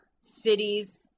cities